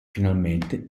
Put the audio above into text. finalmente